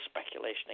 speculation